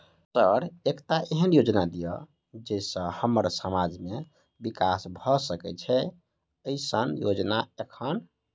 Sir एकटा एहन योजना दिय जै सऽ हम्मर समाज मे विकास भऽ सकै छैय एईसन योजना एखन?